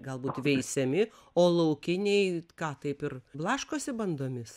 galbūt veisiami o laukiniai ką taip ir blaškosi bandomis